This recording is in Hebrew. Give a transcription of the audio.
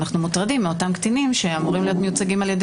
אנו מוטרדים מאותם קטינים שאמורים להיות מיוצגים על ידי